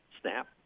Snap